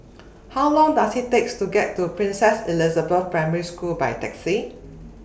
How Long Does IT Take to get to Princess Elizabeth Primary School By Taxi